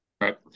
Right